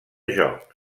joc